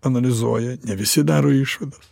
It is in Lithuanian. analizuoja ne visi daro išvadas